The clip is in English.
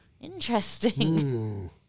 interesting